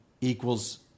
equals